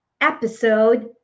Episode